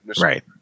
Right